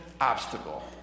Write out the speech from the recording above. obstacle